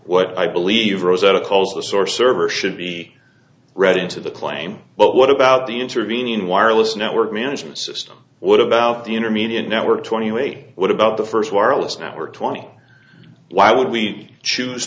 what i believe rosetta calls the source server should be read into the claim but what about the intervening wireless network management system what about the intermediate network twenty way what about the first wireless network twenty why would we choose